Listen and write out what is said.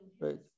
right